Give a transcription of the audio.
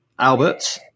Albert